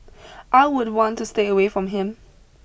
I would want to stay away from him